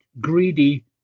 greedy